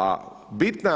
A bitna